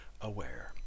aware